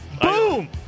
Boom